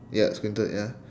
ya squinted ya